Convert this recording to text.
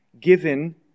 given